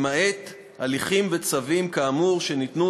למעט הליכים וצווים כאמור שניתנו,